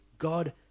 God